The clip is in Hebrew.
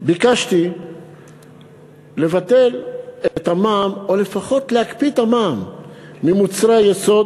ביקשתי לבטל את המע"מ או לפחות להקפיא את המע"מ על מוצרי היסוד